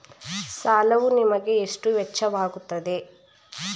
ಸಾಲವು ನಿಮಗೆ ಎಷ್ಟು ವೆಚ್ಚವಾಗುತ್ತದೆ?